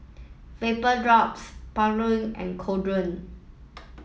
Vapodrops and Kordel